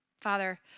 Father